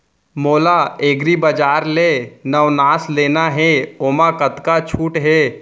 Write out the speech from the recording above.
मोला एग्रीबजार ले नवनास लेना हे ओमा कतका छूट हे?